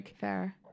Fair